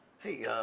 Hey